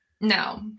No